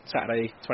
Saturday